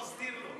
מסתיר לו.